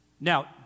Now